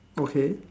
okay